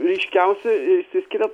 ryškiausiai išsiskiria